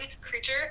creature